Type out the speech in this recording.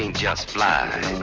and just fly.